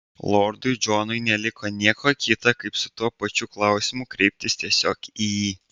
lordui džonui neliko nieko kita kaip su tuo pačiu klausimu kreiptis tiesiog į jį